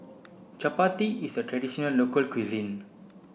Chapati is a traditional local cuisine